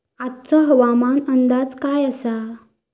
आजचो हवामान अंदाज काय आसा?